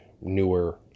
newer